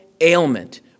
ailment